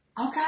Okay